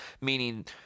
meaning